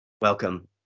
Welcome